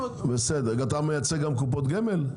--- אתה מייצג גם קופות גמל?